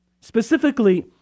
specifically